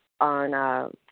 on